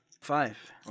five